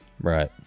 Right